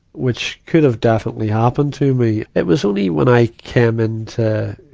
which could have definitely happened to me. it was only when i came into,